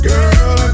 Girl